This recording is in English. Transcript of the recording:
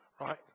right